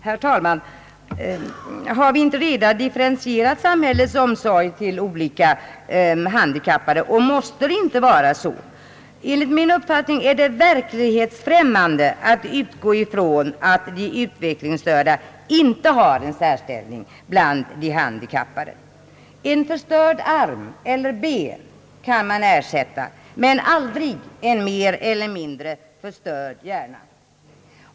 Herr talman! Har vi inte redan differentierat samhällets omsorg om olika handikappade, och måste det inte vara på det sättet? Enligt min uppfattning är det verklighetsfrämmande att utgå ifrån att de utvecklingsstörda inte har en särställning bland de handikappade. En förstörd arm eller ett förstört ben kan ersättas men aldrig en mer eller mindre förstörd hjärna.